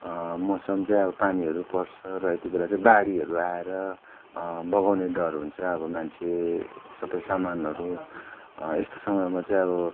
मौसम चाहिँ अब पानीहरू पर्छ र यति बेला चाहिँ बाढीहरू आएर बगाउने डर हुन्छ अब मान्छे सबै सामानहरू यस्तो समयमा चाहिँ अब